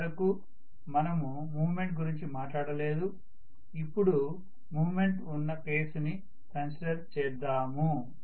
ఇప్పటికి వరకు మనము మూవ్మెంట్ గురించి మాట్లాడలేదు ఇప్పుడు మూవ్మెంట్ ఉన్న కేసు ని కన్సిడర్ చేద్దాము